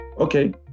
Okay